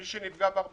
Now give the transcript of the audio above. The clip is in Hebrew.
מי שנפגע ב-40%